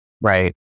Right